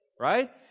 right